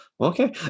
Okay